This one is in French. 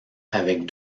avec